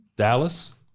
Dallas